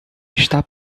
está